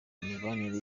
mibanire